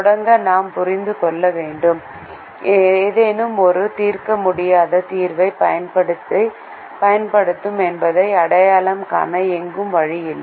தொடங்க நாம் புரிந்து கொள்ள வேண்டும் ஏதேனும் ஒரு தீர்க்கமுடியாத தீர்வை ஏற்படுத்தும் என்பதை அடையாளம் காண எங்களுக்கு வழி இல்லை